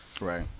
right